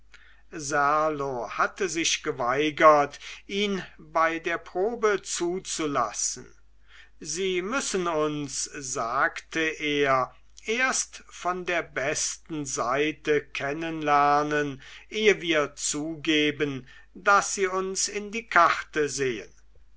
serlo hatte sich geweigert ihn bei der probe zuzulassen sie müssen uns sagte er erst von der besten seite kennenlernen eh wir zugeben daß sie uns in die karte sehen